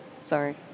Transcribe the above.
Sorry